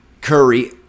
Curry